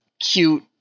cute